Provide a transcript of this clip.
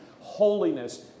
Holiness